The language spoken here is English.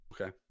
Okay